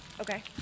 Okay